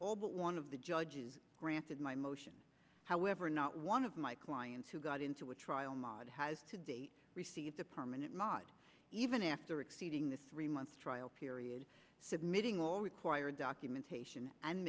all but one of the judges granted my motion however not one of my clients who got into a trial maad has to date received a permanent mot even after exceeding this three month trial period submitting all required documentation and